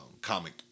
comic